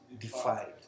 defiled